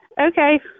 Okay